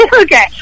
okay